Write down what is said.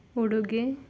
ಉಡುಗೆ